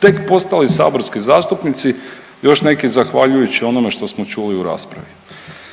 tek postali saborski zastupnici, još neki zahvaljujući onome što smo čuli u raspravi.